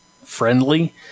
friendly